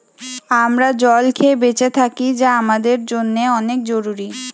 আমরা জল খেয়ে বেঁচে থাকি যা আমাদের জন্যে অনেক জরুরি